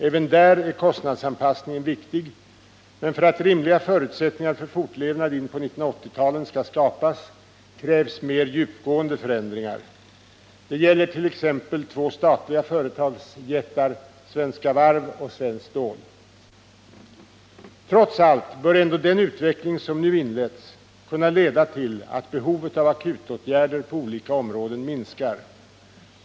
Även där är kostnadsanpassningen viktig, men för att rimliga förutsättningar för fortlevnad inpå 1980-talet skall skapas krävs mer djupgående förändringar. Det gäller t.ex. två statliga företagsjättar, Svenska Varv och Svenskt Stål. Trots allt bör ändå den utveckling som nu inletts kunna leda till att behovet av akutåtgärder på olika områden minskar.